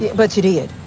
but today it